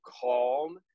calm